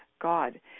God